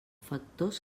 factors